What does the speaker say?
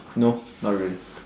no not really